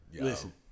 Listen